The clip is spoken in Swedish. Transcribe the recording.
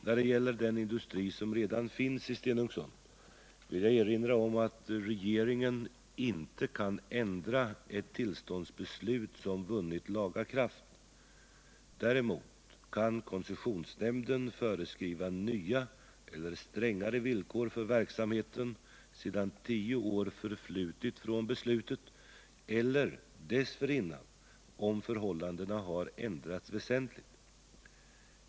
När det gäller den industri som redan finns i Stenungsund vill jag erinra om att regeringen inte kan ändra ett tillståndsbeslut som vunnit laga kraft. Däremot kan koncessionsnämnden föreskriva nya eller strängare villkor för verksamheten sedan tio år förflutit från beslutet eller dessförinnan om förhållandena har ändrats väsentligt.